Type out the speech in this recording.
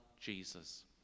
jesus